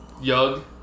Yug